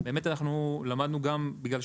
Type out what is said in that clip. בדיונים בוועדת